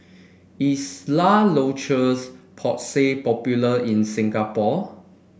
is La Roche Porsay popular in Singapore